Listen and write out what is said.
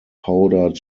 powdered